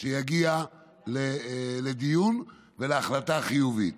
שיגיע לדיון ולהחלטה חיובית,